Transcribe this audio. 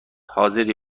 حاضری